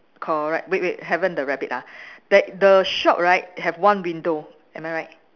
correct wait wait haven't the rabbit ah that the shop right have one window am I right